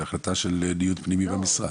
זאת החלטה של דיון פנימי במשרד.